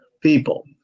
people